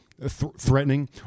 threatening